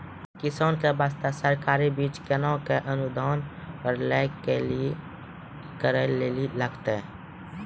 किसान के बास्ते सरकारी बीज केना कऽ अनुदान पर लै के लिए की करै लेली लागतै?